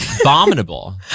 abominable